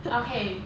okay